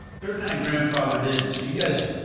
they are kind of grandfathered in. so you guys,